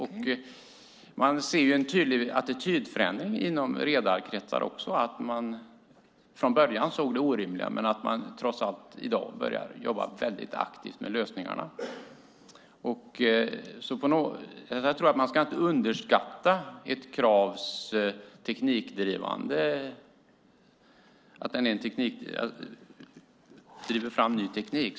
Det syns också en tydlig attitydförändring inom redarkretsar - från början såg man det orimliga, men i dag jobbar man trots allt aktivt med lösningar. Jag tror alltså inte att det ska underskattas att ett krav driver fram ny teknik.